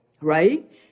right